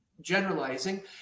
generalizing